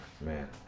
man